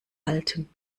halten